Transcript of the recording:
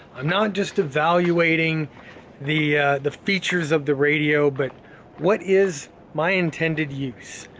i'm not just evaluating the the features of the radio, but what is my intended use.